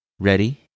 Ready